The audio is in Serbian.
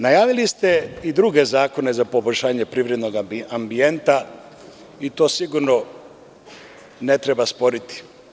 Najavili ste i druge zakone za poboljšanje privrednog ambijenta i to sigurno ne treba sporiti.